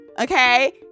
Okay